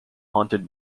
haunted